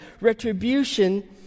retribution